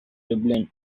dublin